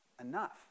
enough